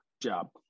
job